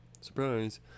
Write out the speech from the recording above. Surprise